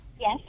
Yes